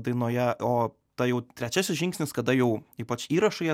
dainoje o tai jau trečiasis žingsnis kada jau ypač įrašai